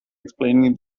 explaining